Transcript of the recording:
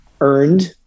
earned